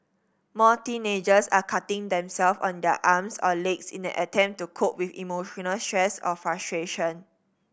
more teenagers are cutting them self on their arms or legs in an attempt to cope with emotional stress or frustration